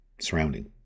surrounding